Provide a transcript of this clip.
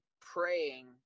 praying